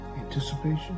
anticipation